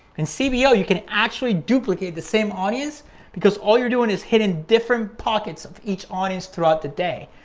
and cbo, you can actually duplicate the same audience because all you're doing is hitting different pockets of each audience throughout the day.